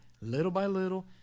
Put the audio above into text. little-by-little